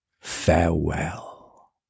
Farewell